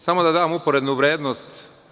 Samo da dam uporednu vrednost.